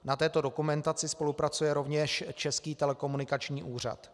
Na této dokumentaci spolupracuje rovněž Český telekomunikační úřad.